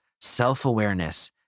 self-awareness